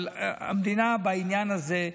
אבל המדינה בעניין הזה,